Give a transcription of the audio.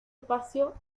espacio